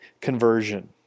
conversion